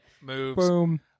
moves